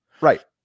Right